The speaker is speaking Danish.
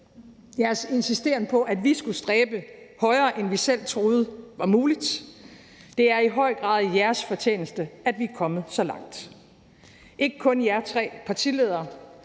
jeres insisteren på, at vi skulle stræbe højere, end vi selv troede var muligt. Det er i høj grad jeres fortjeneste, at vi er kommet så langt – ikke kun jer tre partiledere,